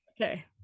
okay